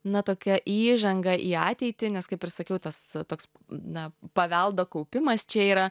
na tokia įžanga į ateitį nes kaip ir sakiau tas toks na paveldo kaupimas čia yra